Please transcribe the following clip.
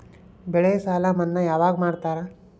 ಬೆಳೆ ಸಾಲ ಮನ್ನಾ ಯಾವಾಗ್ ಮಾಡ್ತಾರಾ?